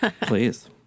Please